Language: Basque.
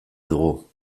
dugu